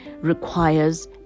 requires